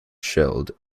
shelled